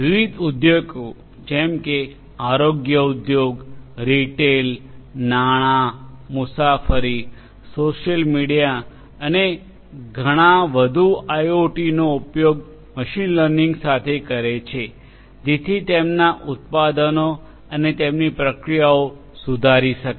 વિવિધ ઉદ્યોગો જેમ કે આરોગ્ય ઉદ્યોગ રીટેલ નાણાં મુસાફરી સોશિયલ મીડિયા અને ઘણા વધુ આઇઆઇઓટીનો ઉપયોગ મશીન લર્નિંગ સાથે કરે છે જેથી તેમના ઉત્પાદનો અને તેમની પ્રક્રિયાઓ સુધારી શકાય